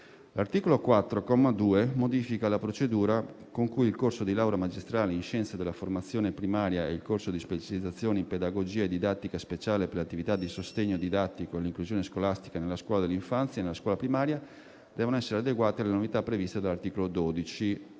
L'articolo 4, comma 2, modifica la procedura con cui il corso di laurea magistrale in scienze della formazione primaria e il corso di specializzazione in pedagogia e didattica speciale per le attività di sostegno didattico e l'inclusione scolastica nella scuola dell'infanzia e nella scuola primaria devono essere adeguate alle novità previste dall'articolo 12